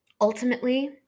Ultimately